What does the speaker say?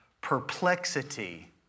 perplexity